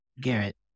Garrett